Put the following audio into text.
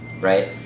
right